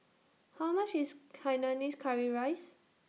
How much IS Hainanese Curry Rice